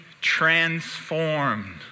transformed